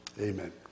Amen